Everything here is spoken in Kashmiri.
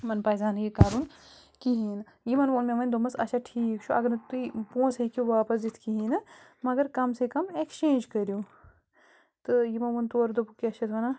یِمن پَزِ ہا نہٕ یہِ کَرُن کِہیٖنۍ یِمن ووٚن مےٚ وۄنۍ دوٚپمس اَچھا ٹھیٖک چھُ اگر نہٕ تُہۍ پۄنٛسہٕ ہیٚکو واپس دِتھ کِہیٖنۍ نہٕ مگر کَم سے کَم ایٚکٕسچینٛج کٔرِو تہٕ یِمو ووٚن تورٕ دوٚپکھ کیٛاہ چھِ اتھ وَنان